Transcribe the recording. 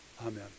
Amen